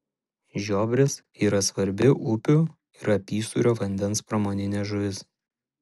žiobris yra svarbi upių ir apysūrio vandens pramoninė žuvis